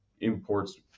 imports